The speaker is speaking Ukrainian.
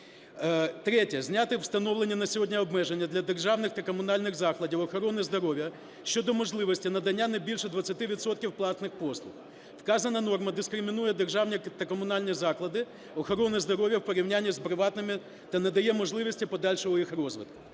Зняти встановлення на сьогодні обмеження для державних та комунальних закладів охорони здоров'я щодо можливості надання не більше 20 відсотків платних послуг. Вказана норма дискримінує державні та комунальні заклади охорони здоров'я у порівнянні з приватними та не надає можливості подальшого їх розвитку.